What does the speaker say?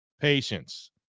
Patience